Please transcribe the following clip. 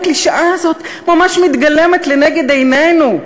הקלישאה הזאת ממש מתגלמת לנגד עינינו,